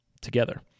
together